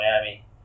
Miami